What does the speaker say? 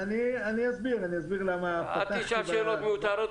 אני אסביר למה פתחתי